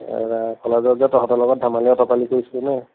এৰা কলেজত যে তহঁতৰ লগত ধেমালি অতপালি কৰিছিলোঁ নে